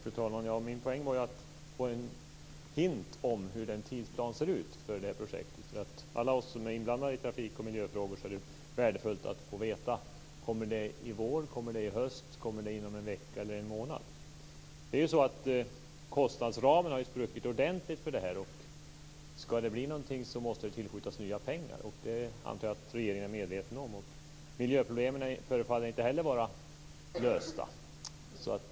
Fru talman! Min poäng var att jag ville få en hint om hur tidsplanen ser ut för detta projekt. För alla oss som är inblandade i trafik och miljöfrågor är det värdefullt att få veta om beskedet kommer i vår, i höst, inom en vecka eller inom en månad. Kostnadsramen har spruckit ordentligt för detta. Skall det bli någonting måste det tillskjutas nya pengar. Det antar jag att regeringen är medveten om. Miljöproblemen förefaller inte heller vara lösta.